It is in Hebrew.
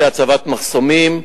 על-ידי הצבת מחסומים,